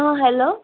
ହଁ ହ୍ୟାଲୋ